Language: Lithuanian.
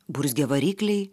burzgia varikliai